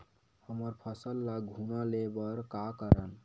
हमर फसल ल घुना ले बर का करन?